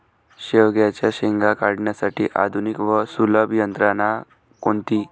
शेवग्याच्या शेंगा काढण्यासाठी आधुनिक व सुलभ यंत्रणा कोणती?